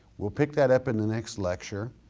we'll pick that up in the next lecture,